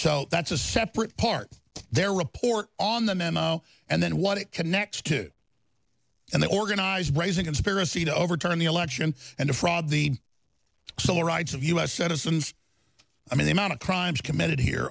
so that's a separate part their report on the memo and then what it connects to and the organized raising conspiracy to overturn the election and defraud the civil rights of u s citizens i mean the amount of crimes committed here